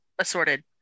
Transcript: Assorted